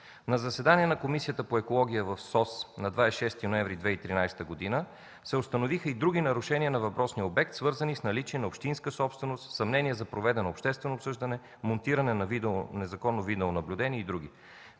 На заседание на Комисията по екология в СОС на 26 ноември 2013 г. се установиха и други нарушения на въпросния обект, свързани с наличие на общинска собственост, съмнения за проведено обществено обсъждане, монтиране на незаконно видеонаблюдение и други.